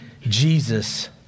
Jesus